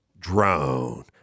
drone